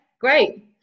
Great